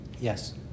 Yes